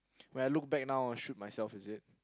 when I look back now I shook at myself is it